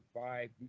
five